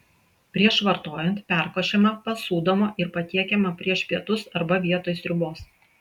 prieš vartojant perkošiama pasūdomą ir patiekiama prieš pietus arba vietoj sriubos